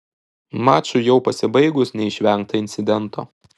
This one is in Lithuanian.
mačui jau pasibaigus neišvengta incidento